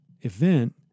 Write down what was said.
event